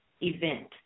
event